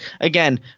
Again